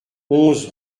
onze